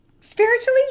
Spiritually